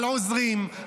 על עוזרים,